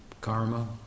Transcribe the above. karma